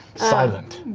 silent.